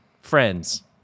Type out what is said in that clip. friends